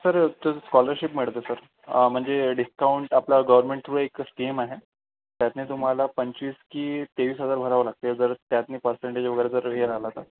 sir ते scholarship मिळते sir म्हणजे डिस्काउंट आपला गव्हर्मेंट थ्रू एक स्कीम आहे त्यातून तुम्हाला पंचवीस की तेवीस हजार भरावं लागते जर त्यातून पर्सेंटेज वगैरे जर हे राहिला तर